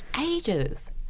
ages